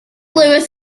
louis